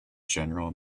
general